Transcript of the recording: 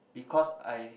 because I